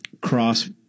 cross